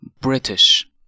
British